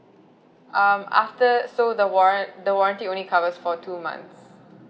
um after so the warran~ the warranty only covers for two months